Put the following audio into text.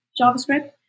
JavaScript